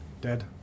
Dead